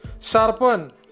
Sharpen